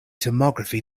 tomography